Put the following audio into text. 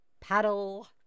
Paddle